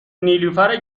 نیلوفر